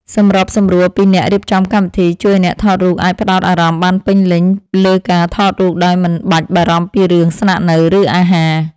សម្របសម្រួលពីអ្នករៀបចំកម្មវិធីជួយឱ្យអ្នកថតរូបអាចផ្តោតអារម្មណ៍បានពេញលេញលើការថតរូបដោយមិនបាច់បារម្ភពីរឿងស្នាក់នៅ ឬ អាហារ។